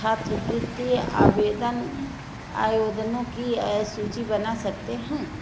छात्रवृत्ति आवेदन आवेदनों की सूची बना सकते हैं